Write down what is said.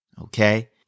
okay